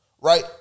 Right